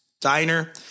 diner